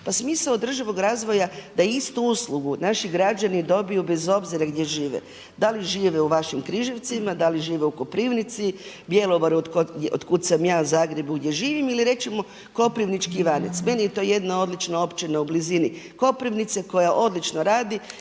Pa smisao održivog razvoja da istu uslugu naši građani dobiju bez obzira gdje žive, da li žive u vašim Križevcima, da li žive u Koprivnici, Bjelovaru od kud sam ja, Zagrebu gdje živim ili recimo Koprivnički Ivanec. Meni je to jedna odlična općina u blizini Koprivnice koja odlično radi.